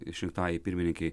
išrinktajai pirmininkei